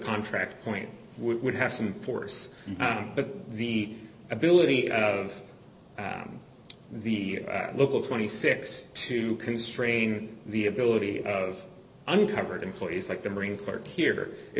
contract point would have some force but the ability of the local twenty six to constrain the ability of uncovered employees like the marine clerk here is